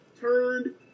turned